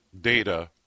data